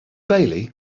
bailey